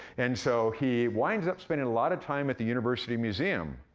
and so, he winds up spending a lotta time at the university museum.